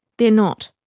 they're not.